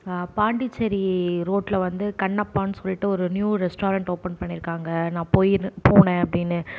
பாண்டிச்சேரி ரோட்ல வந்து கண்ணப்பானு சொல்லிட்டு ஒரு நியூ ரெஸ்டாரண்ட் ஓபன் பண்ணியிருக்காங்க நான் போய் போனேன் அப்படின்னு